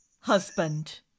husband